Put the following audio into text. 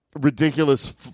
Ridiculous